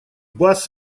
бас